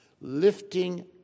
lifting